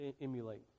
emulate